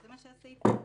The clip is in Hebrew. זה מה שהסעיף בא להגיד.